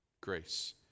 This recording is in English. Grace